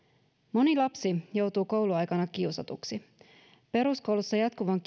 moni lapsi joutuu kouluaikana kiusatuksi peruskoulussa jatkuvan